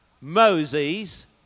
Moses